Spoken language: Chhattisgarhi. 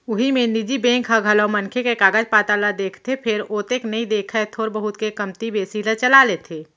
उही मेर निजी बेंक ह घलौ मनखे के कागज पातर ल देखथे फेर ओतेक नइ देखय थोर बहुत के कमती बेसी ल चला लेथे